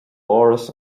áras